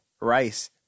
rice